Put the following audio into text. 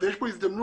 ויש פה הזדמנות